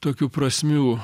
tokių prasmių